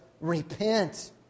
repent